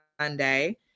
Sunday